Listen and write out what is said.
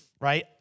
right